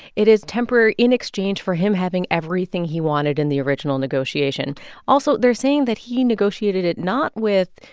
it is temporary in exchange for him having everything he wanted in the original negotiation also, they're saying that he negotiated it not with,